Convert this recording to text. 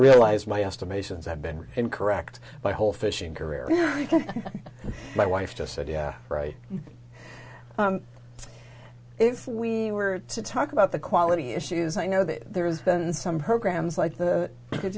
realized my estimations i've been in correct my whole fishing career my wife just said yeah right if we were to talk about the quality issues i know that there's been some her grahams like that could